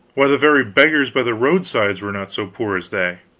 why, the very beggars by the roadsides were not so poor as they.